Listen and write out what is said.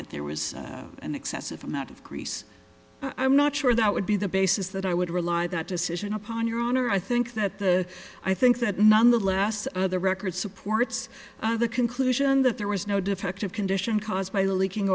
that there was an excessive amount of grease i'm not sure that would be the basis that i would rely that decision upon your honor i think that the i think that none the less other record supports the conclusion that there was no defect of condition caused by leaking